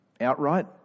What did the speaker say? outright